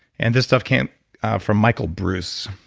and this stuff came from michael breus,